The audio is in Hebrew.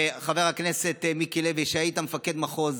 חבר הכנסת מיקי לוי, שהיית מפקד מחוז